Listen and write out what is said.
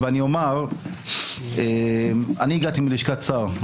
אני הגעתי מלשכת שר,